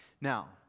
Now